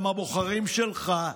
גם הבוחרים שלך,